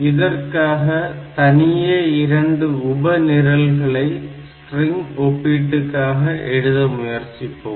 இதற்காக தனியே 2 உப நிரல்களை ஸ்ட்ரிங் ஒப்பீட்டுக்காக எழுத முயற்சிப்போம்